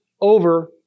over